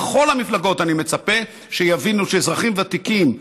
בכל המפלגות אני מצפה שיבינו שאזרחים ותיקים,